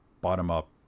bottom-up